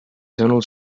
sõnul